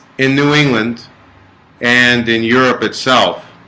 in new england and in europe itself